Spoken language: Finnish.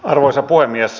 arvoisa puhemies